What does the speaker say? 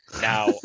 Now